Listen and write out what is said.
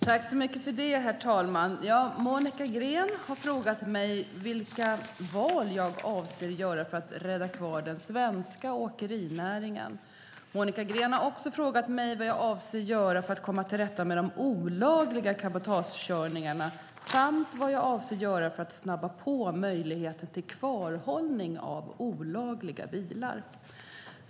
Herr talman! Monica Green har frågat mig vilka val jag avser att göra för att rädda kvar den svenska åkerinäringen. Monica Green har också frågat mig vad jag avser att göra för att komma till rätta med de olagliga cabotagekörningarna samt vad jag avser att göra för att snabba på möjligheten till kvarhållning av olagliga bilar.